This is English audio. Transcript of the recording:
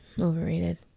Overrated